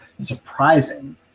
surprising